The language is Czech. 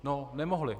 No nemohli.